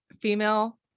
female